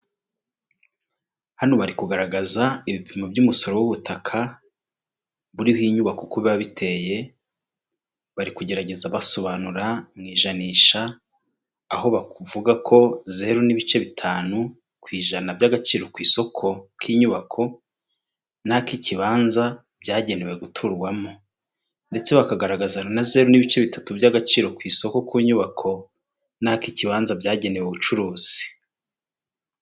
Hano bari kugaragaza ibipimo by'umusoro w'ubutaka buriho iyi inyubako uko biba biteye bari kugerageza basobanura mu ijanisha ahovuga ko zeru n'ibice bitanu ku ijana by'agaciro ku isoko k'inyubako n'ak'ikibanza byagenewe guturwamo ndetse bakagaragaza na zero n'ibice bitatu by'agaciro ku isoko ku nyubako n'ak'ikibanza byagenewe ubucuruzi.